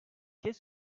qu’est